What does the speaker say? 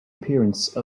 appearance